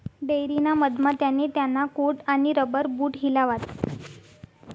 dairy ना मधमा त्याने त्याना कोट आणि रबर बूट हिलावात